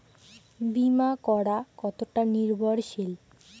বীমা করা কতোটা নির্ভরশীল?